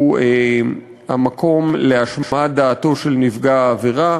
הוא המקום להשמעת דעתו של נפגע העבירה.